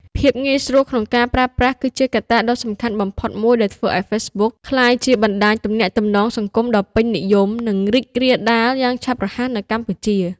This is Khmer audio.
ភាពងាយស្រួលក្នុងការប្រើប្រាស់ គឺជាកត្តាដ៏សំខាន់បំផុតមួយដែលធ្វើឲ្យ Facebook ក្លាយជាបណ្តាញទំនាក់ទំនងសង្គមដ៏ពេញនិយម និងរីករាលដាលយ៉ាងឆាប់រហ័សនៅកម្ពុជា។